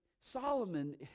Solomon